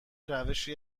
روشی